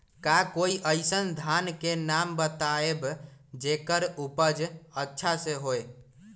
का कोई अइसन धान के नाम बताएब जेकर उपज अच्छा से होय?